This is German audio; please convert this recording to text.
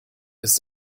ist